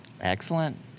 Excellent